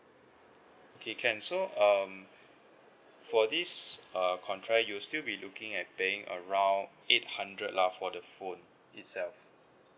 okay can so um for this err contract you'll still be looking at paying around eight hundred lah for the phone itself